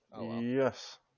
Yes